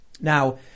Now